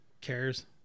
Cares